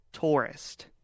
tourist